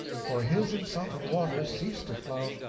for his insulted waters ceased to flow,